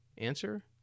Answer